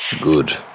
Good